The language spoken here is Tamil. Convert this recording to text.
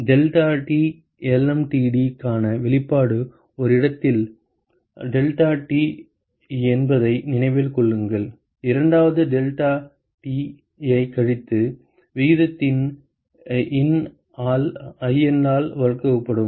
deltaTlmtd க்கான வெளிப்பாடு ஒரு இடத்தில் டெல்டாடி என்பதை நினைவில் கொள்ளுங்கள் இரண்டாவது இடத்தில் டெல்டாடி ஐக் கழித்து விகிதத்தின் ln ஆல் வகுக்கப்படும்